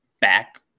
back